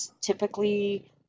typically